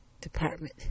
department